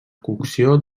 cocció